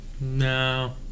No